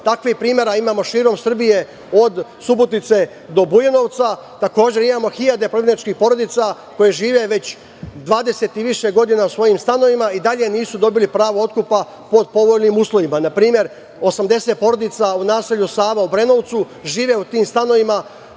Takvih primera imamo širom Srbije, od Subotice do Bujanovca. Takođe, imamo hiljade prognanih porodica koje žive već 20 i više godina u svojim stanovima, a i dalje nisu dobili pravo otkupa pod povoljnim uslovima. Na primer, 80 porodica u naselju Sava u Obrenovcu živi u tim stanovima